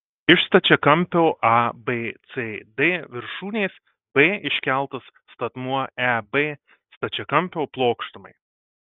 iš stačiakampio abcd viršūnės b iškeltas statmuo eb stačiakampio plokštumai